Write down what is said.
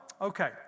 okay